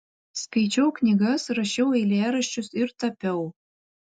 skaičiau knygas rašiau eilėraščius ir tapiau